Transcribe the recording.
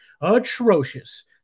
atrocious